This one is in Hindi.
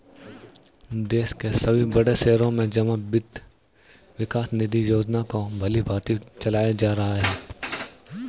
देश के सभी बड़े शहरों में जमा वित्त विकास निधि योजना को भलीभांति चलाया जा रहा है